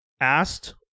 asked